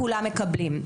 כולם מקבלים.